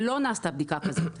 ולא נעשתה בדיקה כזאת,